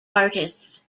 artists